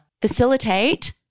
facilitate